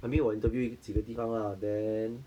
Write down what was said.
I mean 我 interview 一个几个地方啦 then